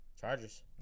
Chargers